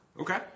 Okay